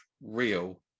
real